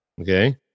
Okay